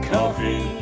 Coffee